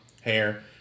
hair